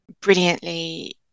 brilliantly